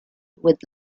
with